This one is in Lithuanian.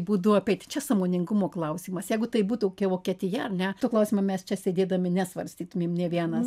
būdu apeiti čia sąmoningumo klausimas jeigu tai būtų vokietija ar ne to klausimo mes čia sėdėdami nesvarstytumėm nė vienas